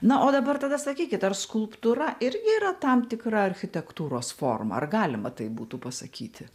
na o dabar tada sakykit ar skulptūra irgi yra tam tikra architektūros forma ar galima tai būtų pasakyti